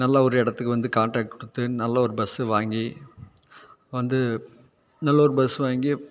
நல்லா ஒரு இடத்துக்கு வந்து கான்ட்ராக்ட் கொடுத்து நல்ல ஒரு பஸ்ஸு வாங்கி வந்து நல்ல ஒரு பஸ் வாங்கி